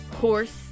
Horse